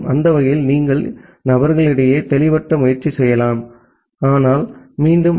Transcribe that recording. அந்த வகையில் நீங்கள் இரு நபர்களிடையே தெளிவற்ற முயற்சி செய்யலாம் ஆனால் மீண்டும் ஐ